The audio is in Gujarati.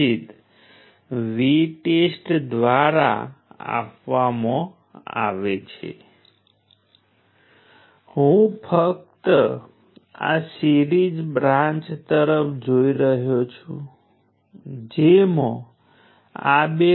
જો તમારી પાસે પ્રથમ અથવા ત્રીજા ક્વોડ્રન્ટમાં IV લાક્ષણિકતાઓ હોય તો એલિમેન્ટ પેસિવ છે જો તે બીજા કે ચોથા ક્વોડ્રન્ટમાં હોય તો તે નેગેટિવ હોઈ શકે છે